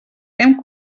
hem